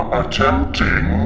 attempting